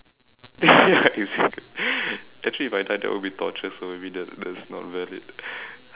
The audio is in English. ya exactly actually if I die that will be torture so maybe that that's not valid